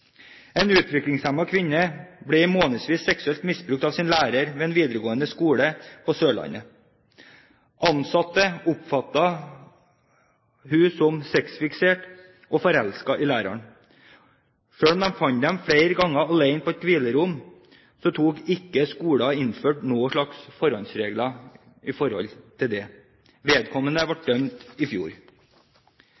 En utviklingshemmet kvinne ble i månedsvis seksuelt misbrukt av sin lærer ved en videregående skole på Sørlandet. Ansatte oppfattet henne som sexfiksert og forelsket i læreren. Selv om de fant dem flere ganger alene på et hvilerom, innførte ikke skolen noen forholdsregler. Vedkommende ble dømt i